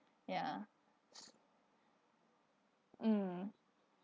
yeah mm